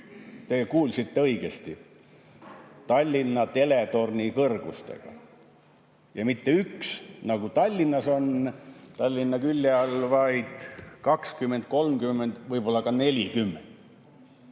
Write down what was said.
Te kuulsite õigesti. Tallinna teletorni kõrgustega. Ja neid ei tule mitte üks, nagu Tallinnas on, Tallinna külje all, vaid 20, 30, võib-olla ka 40.